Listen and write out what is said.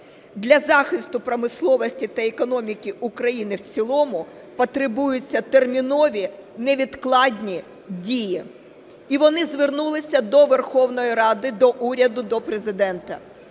Для захисту промисловості та економіки України в цілому потребуються термінові, невідкладні дії". І вони звернулися до Верховної Ради, до уряду, до Президента.